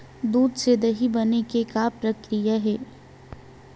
दूध से दही बने के का प्रक्रिया हे?